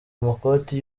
amakoti